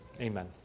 Amen